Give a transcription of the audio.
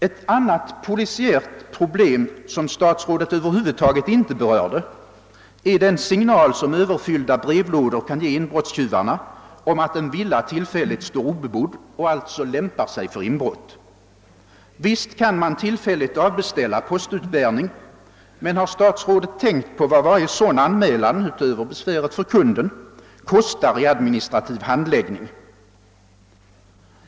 Ett annat polisiärt problem som statsrådet över huvud taget inte berörde är den signal som överfyllda brevlådor kan ge inbrottstjuvarna om att en villa tillfälligt står obebodd och alltså lämpar sig för inbrott. Visst kan man tillfälligt avbeställa postutbärning, men har statsrådet tänkt på vad varje sådan anmälan, förutom besväret för kunden, kostar i administrativ handläggning?